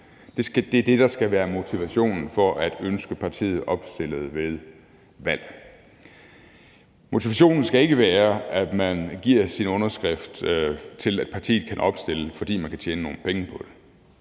Det er det, der skal være motivationen for at ønske partiet opstillet ved valg. Motivationen skal ikke være, at man giver sin underskrift til, at partiet kan opstille, fordi man kan tjene nogle penge på det.